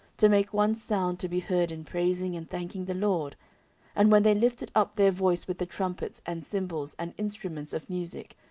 to make one sound to be heard in praising and thanking the lord and when they lifted up their voice with the trumpets and cymbals and instruments of musick,